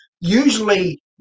usually